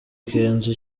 kenzo